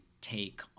take